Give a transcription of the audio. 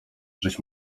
żeś